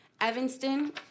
Evanston